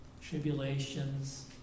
tribulations